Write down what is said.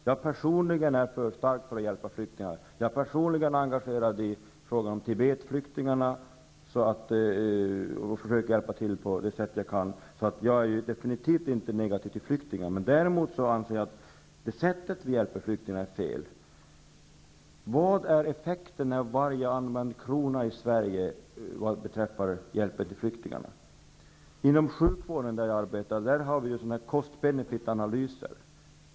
Jag är personligen starkt för att hjälpa flyktingar. Jag är personligen engagerad i frågan om Tibetflyktingarna och försöker att hjälpa till på det sätt jag kan. Jag är definitivt inte negativ till flyktingar. Däremot anser jag att sättet vi hjälper flyktingarna på är fel. Vad är effekten av varje använd krona i Sverige när det gäller hjälpen till flyktingarna? Inom sjukvården, där jag arbetar, har vi s.k. cost-benefitanalyser.